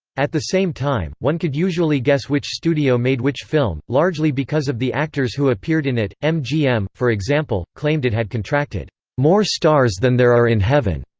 at the same time, one could usually guess which studio made which film, largely because of the actors who appeared in it mgm, for example, claimed it had contracted more stars than there are in heaven.